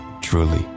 Truly